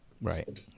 Right